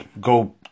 go